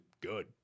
good